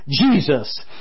Jesus